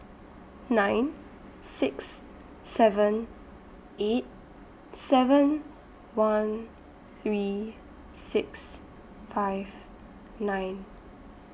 nine six seven eight seven one three six five nine